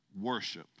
Worship